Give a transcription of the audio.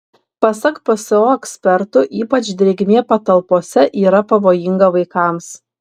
pasak pso ekspertų ypač drėgmė patalpose yra pavojinga vaikams